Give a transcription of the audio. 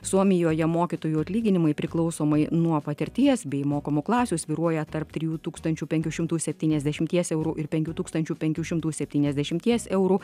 suomijoje mokytojų atlyginimai priklausomai nuo patirties bei mokomų klasių svyruoja tarp trijų tūkstančių penkių šimtų septyniasdešimties eurų ir penkių tūkstančių penkių šimtų septyniasdešimties eurų